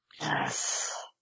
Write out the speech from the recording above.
Yes